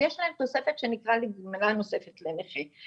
אז יש להם תוספת שנקראת גמלה נוספת לנכים,